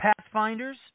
Pathfinders